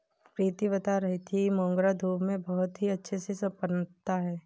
प्रीति बता रही थी कि मोगरा धूप में बहुत ही अच्छे से पनपता है